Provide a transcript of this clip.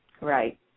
Right